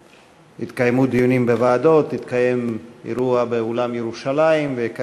841, 949, 1036, 1068 ו-1072, של כמה חברי כנסת.